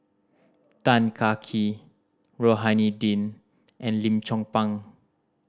Tan Kah Kee Rohani Din and Lim Chong Pang